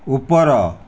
ଉପର